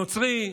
נוצרי,